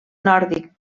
nòrdic